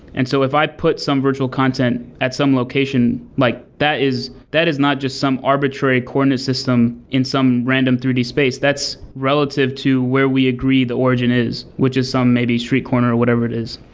and so if i put some virtual content at some location, like that is that is not just some arbitrary coordinate system in some random three d space. that's relative to where we agreed the origin is, which is some maybe street corner or whatever it is,